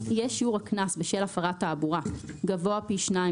יהיה שיעור הקנס בשל הפרת תעבורה גבוה פי שניים